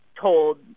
told